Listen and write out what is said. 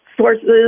sources